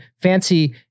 fancy